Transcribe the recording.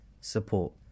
support